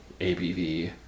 ABV